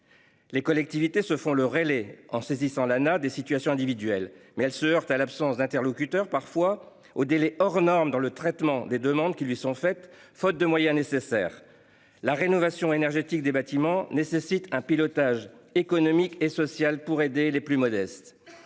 Les collectivités se font le relais en saisissant Lana des situations individuelles. Mais elle se heurte à l'absence d'interlocuteurs parfois au délai hors norme dans le traitement des demandes qui lui sont faites. Faute de moyens nécessaires. La rénovation énergétique des bâtiments nécessite un pilotage économique et social pour aider les plus modestes.